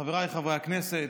חבריי חברי הכנסת,